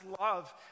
love